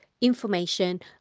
information